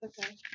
okay